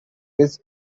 this